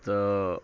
तऽ